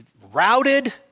routed